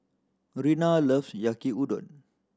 Rena love Yaki Udon